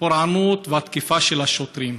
הפורענות והתקיפה של השוטרים.